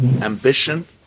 ambition